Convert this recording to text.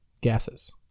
gases